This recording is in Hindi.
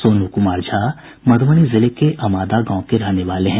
सोनू कुमार झा मधुबनी जिले के अमादा गांव के रहने वाले हैं